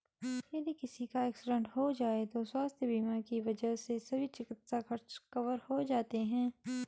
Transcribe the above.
यदि किसी का एक्सीडेंट हो जाए तो स्वास्थ्य बीमा की वजह से सभी चिकित्सा खर्च कवर हो जाते हैं